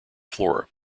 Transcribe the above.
floor